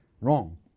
Wrong